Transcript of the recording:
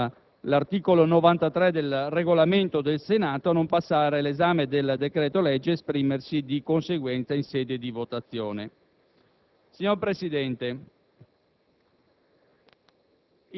ai sensi dell'articolo 93 del Regolamento del Senato, a non passare all'esame del decreto-legge n. 297 e ad esprimersi di conseguenza in sede di votazione. Signor Presidente,